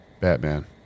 Batman